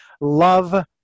love